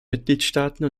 mitgliedstaaten